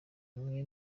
imwe